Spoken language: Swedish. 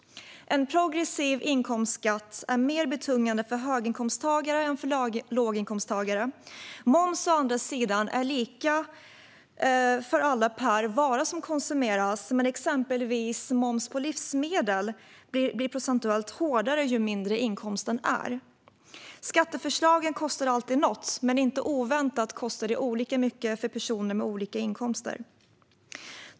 En progressiv inkomstskatt är mer betungande för höginkomsttagare än för låginkomsttagare. Moms, å andra sidan, är lika för alla per vara som konsumeras, men exempelvis moms på livsmedel blir procentuellt hårdare ju mindre inkomsten är. Skatteförslagen kostar alltid något, men inte oväntat kostar de olika mycket för personer med olika inkomster.